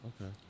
Okay